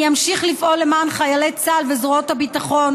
אני אמשיך לפעול למען חיילי צה"ל וזרועות הביטחון,